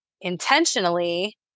intentionally